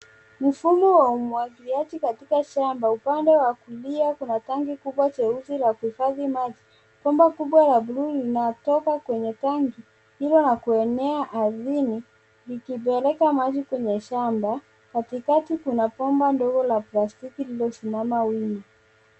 Mfumo wa umwagiliaji katika shamba upande wa kulia kuna tanki kubwa jeusi la kuhifadhi maji. Bomba kubwa la bluu linatoka kwenye tankini na kuenea ardhini ikipeleka maji kwenye shamba, katikati kuna bomba ndogoo la plastiki lililosimama wima.